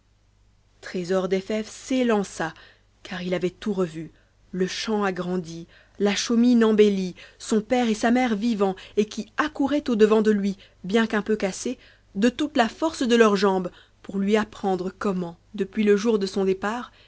trésor des fèves s'élança car il avait tout revu le champ agrandi la chaumine embellie son père et sa mère vivants et qui accouraient au-devant de lui bien qu'un peu cassés de toute la force de leurs jambes pour lui apprendre comment depuis le jour de son départ